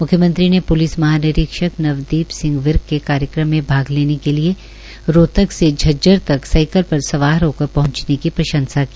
म्ख्यमंत्री ने प्लिस महानिरीक्षक नवदीप सिंह विर्क के कार्यक्रम में भाग लेने के लिए रोहतक से झज्जर तक साइकिल पर सवार होकर पहंचने की प्रंशसा की